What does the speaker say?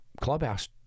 clubhouse